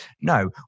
no